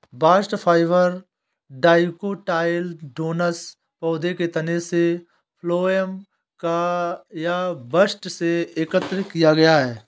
bast fibre dicotyledonous पौधों के तने के फ्लोएम या बस्ट से एकत्र किया गया है